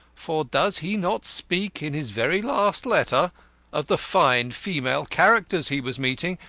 for does he not speak in his very last letter of the fine female characters he was meeting,